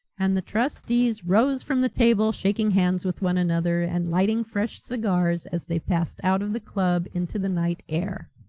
and the trustees rose from the table shaking hands with one another, and lighting fresh cigars as they passed out of the club into the night air.